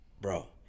Bro